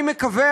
אני מקווה,